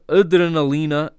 adrenalina